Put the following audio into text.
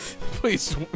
please